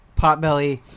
Potbelly